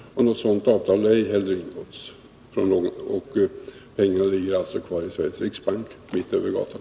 Något sådant avtal har ej heller ingåtts. Pengarna ligger alltså kvar i Sveriges riksbank, mitt över gatan.